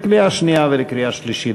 לקריאה שנייה ולקריאה שלישית.